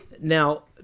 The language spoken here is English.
now